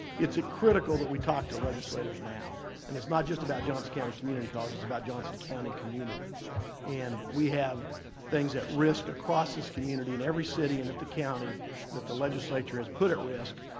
it's critical that we talk to legislators now and it's not just about johnson county community college, it's about johnson county community and we have things at risk across this community and every city and at the county that the legislature has put at risk